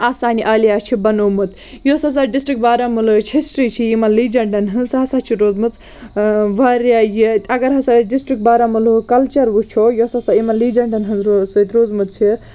آستانہِ عالیہ چھٕ بنوومُت یۄس ہسا ڈِسٹِرٛک بارہمولہٕچ ہِسٹرٛی چھِ یِمَن لیجَنٛٹَن ہٕنٛز سُہ ہسا چھِ روٗزمٕژ واریاہ یہِ اگر ہسا أسۍ ڈِسٹِرٛک بارہمولہُک کَلچَر وٕچھو یۄس ہسا یِمَن لیجَنٛٹَن ہٕنٛز روٗ سۭتۍ روٗزمٕژ چھِ